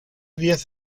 diez